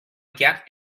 get